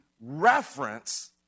reference